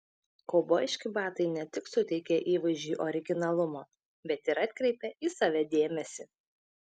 kaubojiški batai ne tik suteikia įvaizdžiui originalumo bet ir atkreipia į save dėmesį